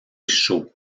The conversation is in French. chauds